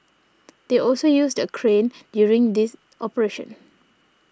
they also used a crane during this operation